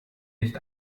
nicht